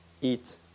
eat